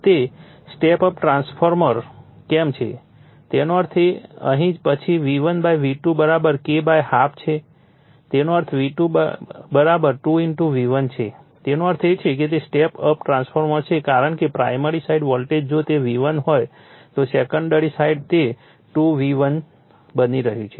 તે step up transformer કેમ છે તેનો અર્થ અહીં પછી V1 V2 K હાફ છે તેનો અર્થ V2 2 V1 છે તેનો અર્થ એ છે કે તે સ્ટેપ અપ ટ્રાન્સફોર્મર છે કારણ કે પ્રાઇમરી સાઇડ વોલ્ટેજ જો તે V1 હોય તો સેકન્ડરી સાઇડ તે 2 V1 બની રહ્યું છે